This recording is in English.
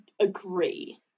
agree